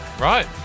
Right